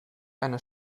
eine